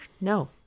no